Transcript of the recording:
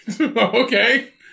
Okay